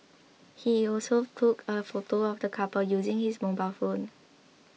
he also took a photo of the couple using his mobile phone